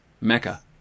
Mecca